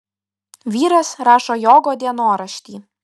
vyras rašo jogo dienoraštį